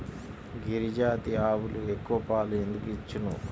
గిరిజాతి ఆవులు ఎక్కువ పాలు ఎందుకు ఇచ్చును?